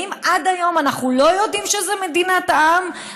האם עד היום אנחנו לא יודעים שזו מדינת העם,